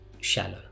shallow